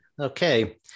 Okay